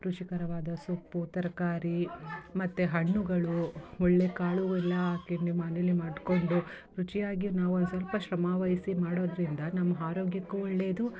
ಕೃಷಿಕರವಾದ ಸೊಪ್ಪು ತರಕಾರಿ ಮತ್ತು ಹಣ್ಣುಗಳು ಒಳ್ಳೆಯ ಕಾಳು ಎಲ್ಲ ಹಾಕಿ ನಿ ಮನೆಯಲ್ಲೇ ಮಾಡಿಕೊಂಡು ರುಚಿಯಾಗಿ ನಾವು ಒಂದು ಸ್ವಲ್ಪ ಶ್ರಮ ವಹಿಸಿ ಮಾಡೋದರಿಂದ ನಮ್ಮ ಆರೋಗ್ಯಕ್ಕೂ ಒಳ್ಳೆಯದು